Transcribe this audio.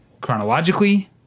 chronologically